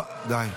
די,